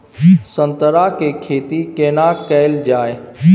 संतरा के खेती केना कैल जाय?